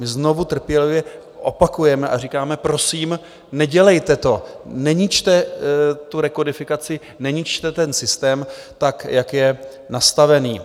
Znovu trpělivě opakujeme a říkáme, prosím, nedělejte to, neničte tu rekodifikaci, neničte systém, jak je nastaven.